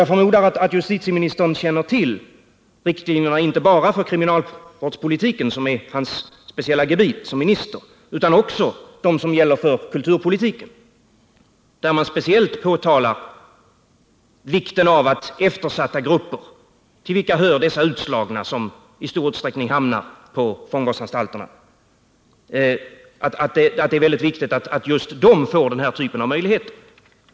Jag förmodar att justitieministern känner till riktlinjerna inte bara för kriminalvårdspolitiken, som är hans speciella gebit som minister, utan också för kulturpolitiken, där det speciellt anges hur viktigt det är att just eftersatta grupper — till vilka dessa utslagna som i stor utsträckning hamnar på fångvårdsanstalterna hör — får den här typen av möjligheter.